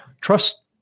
trust